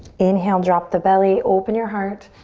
inhale, drop the belly, open your heart.